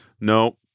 No